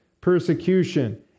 persecution